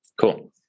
cool